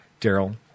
Daryl